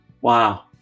wow